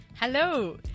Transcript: Hello